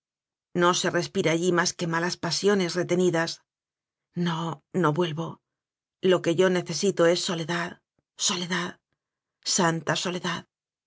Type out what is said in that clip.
no se respira allí más que malas pa siones retenidas no no vuelvo lo que yo necesito es soledad soledad santa soledad